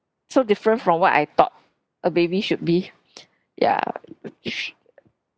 so different from what I thought a baby should be ya